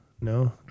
No